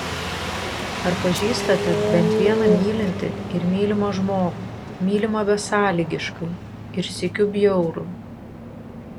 ar pažįstate bent vieną mylintį ir mylimą žmogų mylimą besąlygiškai ir sykiu bjaurų